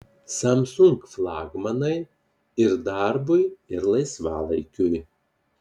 samsung flagmanai ir darbui ir laisvalaikiui